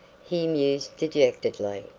he mused dejectedly.